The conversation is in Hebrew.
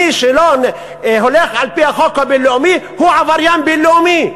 מי שלא הולך על-פי החוק הבין-לאומי הוא עבריין בין-לאומי.